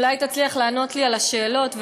אולי תצליח לענות לי על השאלות,